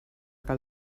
que